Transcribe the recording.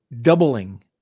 doubling